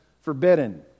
forbidden